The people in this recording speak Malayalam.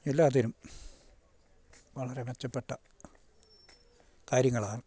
എല്ലാത്തിനും വളരെ മെച്ചപ്പെട്ട കാര്യങ്ങളാണ്